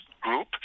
Group